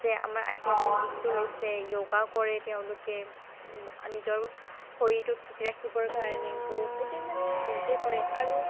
যে আমাৰ আধ্যাত্মিত দিশটো লৈছে যোগা কৰে তেওঁলোকে নিজৰ শৰীৰটো ঠিকে ৰাখিবৰ কাৰণে বহুতেই মানে বহুতেই কৰে আৰু